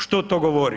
Što to govori?